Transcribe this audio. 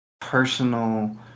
personal